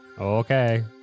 Okay